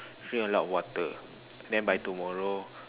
drink a lot water then by tomorrow